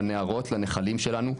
לנהרות לנחלים שלנו,